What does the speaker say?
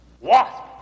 Wasp